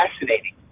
fascinating